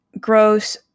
gross